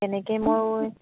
তেনেকে মই